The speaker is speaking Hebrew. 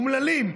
אומללים,